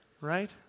Right